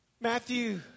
Matthew